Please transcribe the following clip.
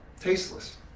tasteless